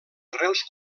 arrels